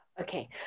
Okay